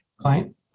client